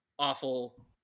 Awful